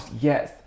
yes